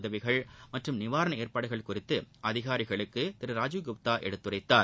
உதவிகள் மற்றும் நிவாரண ஏற்பாடுகள் குறித்து அதிகாரிகளுக்கு திரு ராஜீவ் குப்தா எடுத்துரைத்தார்